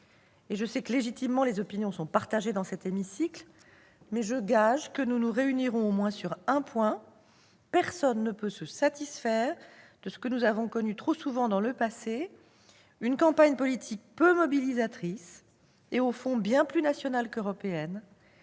et je sais que, légitimement, les opinions sont partagées dans cet hémicycle, mais je gage que nous nous réunirons au moins sur un point : personne ne peut se satisfaire de ce que nous avons trop souvent connu dans le passé, une campagne politique peu mobilisatrice et au fond bien plus nationale qu'européenne,